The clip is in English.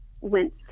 went